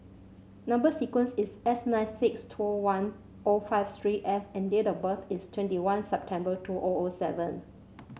number sequence is S nine six two one o five three F and date of birth is twenty one September two O O seven